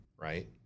right